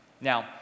Now